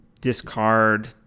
discard